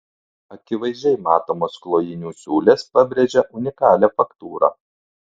akivaizdžiai matomos klojinių siūlės pabrėžia unikalią faktūrą